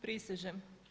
Prisežem.